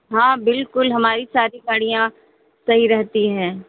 हाँ बिल्कुल हमारी सारी गाड़ियाँ सही रहती हैं